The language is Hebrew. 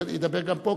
ידבר גם פה,